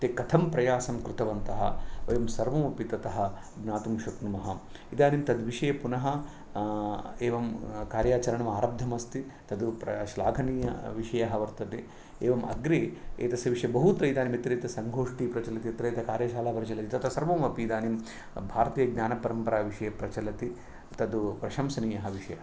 ते कथं प्रयासं कृतवन्तः वयं सर्वमपि ततः ज्ञातुं शक्नुमः इदानीं तद्विषये पुनः एवं कार्याचरणम् आरब्धम् अस्ति तद् श्लाघनीयविषयः वर्तते एवम् अग्रे एतस्य विषये बहुत्र इदानीम् यत्र यत्र सङ्गोष्ठी प्रचलति यत्र यत्र कार्यशाला प्रचलति तत्र सर्वमपि इदानीं भारतीयज्ञानपरम्पराविषये प्रचलति तद् प्रशंसनीयः विषयः